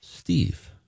Steve